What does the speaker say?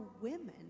women